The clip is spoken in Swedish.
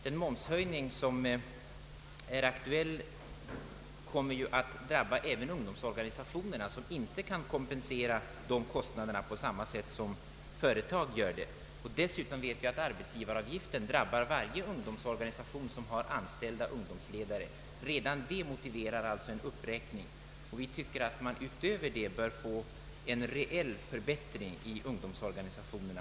Den momshöjning som är aktuell kommer ju att drabba även ungdomsorganisationerna, vilka inte kan kompensera de ökade kostnaderna på samma sätt som företag. Dessutom vet vi att arbetsgivaravgiften drabbar varje ungdomsorganisation som har anställda ungdomsledare. Redan detta motiverar alltså en uppräkning. Vi tycker att man därutöver bör få en reell förbättring för ungdomsorganisationerna.